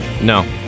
No